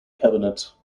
cabinet